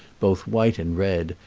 both white and red,